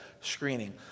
screening